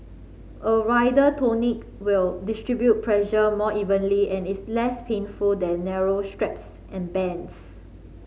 a wider tourniquet will distribute pressure more evenly and is less painful than narrow straps and bands